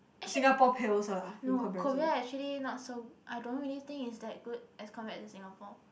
actually no Korea actually not so I don't really think it's that good as compared to Singapore